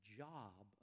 job